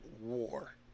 war